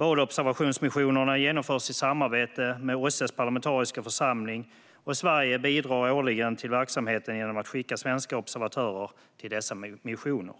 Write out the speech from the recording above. Valobservationsmissionerna genomförs i samarbete med OSSE:s parlamentariska församling, och Sverige bidrar årligen till verksamheten genom att skicka svenska observatörer till dessa missioner.